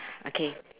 okay